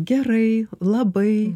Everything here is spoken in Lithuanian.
gerai labai